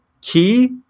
Key